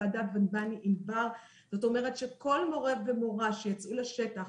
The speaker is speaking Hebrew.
זאת אומרת שכל מורה ומורה שיצאו לשטח